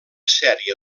sèrie